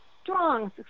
strong